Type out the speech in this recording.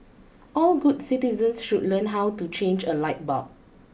all good citizens should learn how to change a light bulb